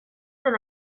zen